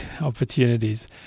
opportunities